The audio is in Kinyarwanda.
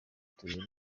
tureba